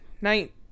night